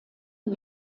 die